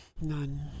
None